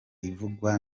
ivugwa